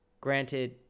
granted